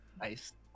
Nice